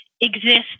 exist